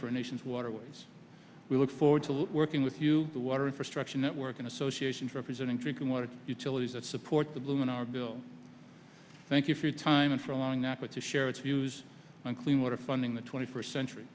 a nation's waterways we look forward to working with you the water infrastructure network and associations representing drinking water utilities that support the blue in our bill thank you for your time and for a long nap but to share its views on clean water funding the twenty first century